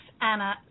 Anna